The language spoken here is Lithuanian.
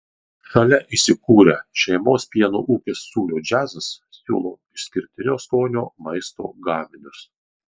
šalia įsikūrę šeimos pieno ūkis sūrio džiazas siūlo išskirtinio skonio maisto gaminius